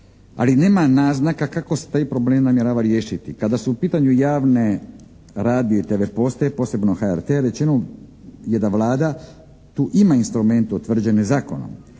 ali nema naznaka kako se taj problem namjerava riješiti. Kada su u pitanju javne radio i TV postaje, posebno HRT rečeno je da Vlada tu ima instrumente utvrđene zakonom.